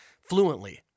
fluently